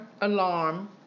alarm